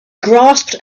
grasped